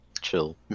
Chill